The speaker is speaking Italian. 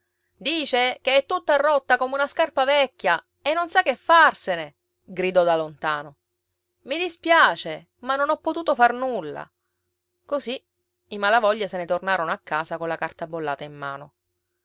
dice che è tutta rotta come una scarpa vecchia e non sa che farsene gridò da lontano i dispiace ma non ho potuto far nulla così i malavoglia se ne tornarono a casa colla carta bollata in mano